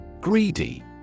Greedy